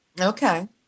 Okay